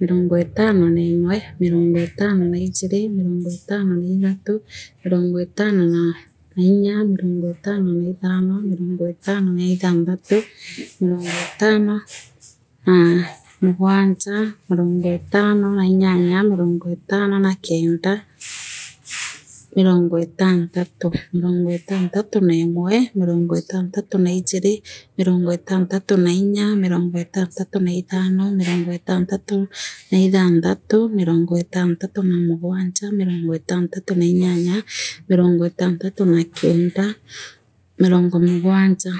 mirongo etano neemwe mirongo etaho naijiri mirongoetano na ithath mirongo etano na irya mirongo etano na ithan mirongo etano ma ithatithati mirongo etaro na mugwanja mirongo etaro na ithan mirongo itano na inyanya mirongo etano na kenda mirongo itantanthi mirongo itantahi na ithati mirongo ehtantatu na inya mirongo entantatu na itharo mirongo enthantathi mirongo eentanthi na kenda mirongo mugwanja